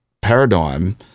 paradigm